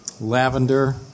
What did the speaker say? lavender